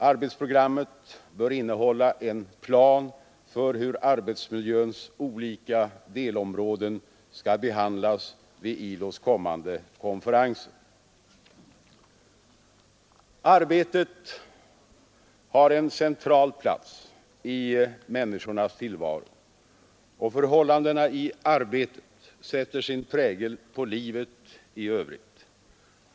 Arbetsprogrammet bör innehålla en plan för hur arbetsmiljöns olika delområden skall behandlas vid ILO:s kommande konferenser. = Arbetet har en central plats i människornas tillvaro, och förhållandena i arbetet sätter sin prägel på livet i övrigt.